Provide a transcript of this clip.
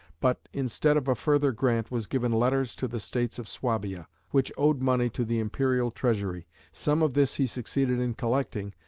but, instead of a further grant, was given letters to the states of swabia, which owed money to the imperial treasury. some of this he succeeded in collecting,